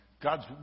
God's